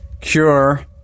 Cure